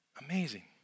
Amazing